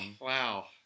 Wow